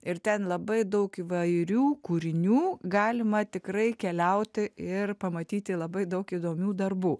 ir ten labai daug įvairių kūrinių galima tikrai keliauti ir pamatyti labai daug įdomių darbų